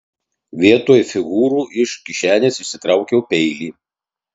vietoj figūrų iš kišenės išsitraukiau peilį